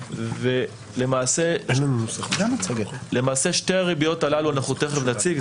את שתי הריביות הללו אנחנו תיכף נציג.